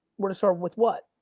where to start with what?